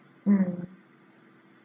mm